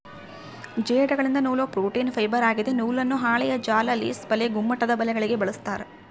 ಜೇಡಗಳಿಂದ ನೂಲುವ protein fibre ಆಗಿದೆ ನೂಲನ್ನು ಹಾಳೆಯ ಜಾಲ ಲೇಸ್ ಬಲೆ ಗುಮ್ಮಟದಬಲೆಗಳಿಗೆ ಬಳಸ್ತಾರ